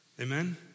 amen